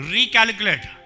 Recalculate